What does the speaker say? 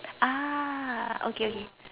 ah okay okay